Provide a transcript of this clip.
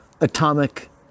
atomic